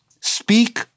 speak